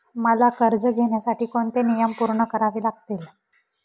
मला कर्ज घेण्यासाठी कोणते नियम पूर्ण करावे लागतील?